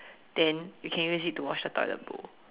then we can use it to wash the toilet bowl